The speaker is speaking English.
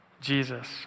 Jesus